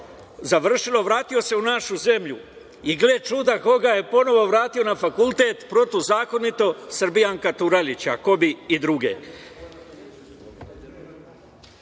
završeno, vratio se u našu zemlju i, gle čuda, ko ga je ponovo vratio na fakultet, protivzakonito, Srbijanka Turajlić. A ko bi drugi? Taj